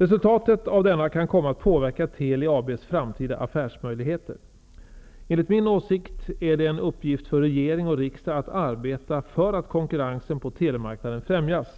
Resultatet av denna kan komma att påverka Teli AB:s framtida affärsmöjligheter. Enligt min åsikt är det en uppgift för regering och riksdag att arbeta för att konkurrensen på telemarknaden främjas.